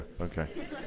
okay